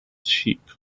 sheep